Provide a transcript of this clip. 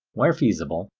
where feasible,